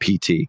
PT